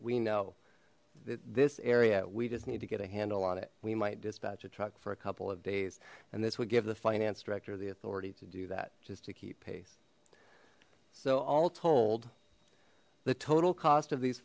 we know that this area we just need to get a handle on it we might dispatch a truck for a couple of days and this would give the finance director the authority to do that just to keep pace so all told the total cost of these